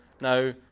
now